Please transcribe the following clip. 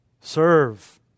Serve